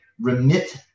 remit